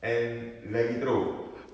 and lagi teruk